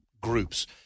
groups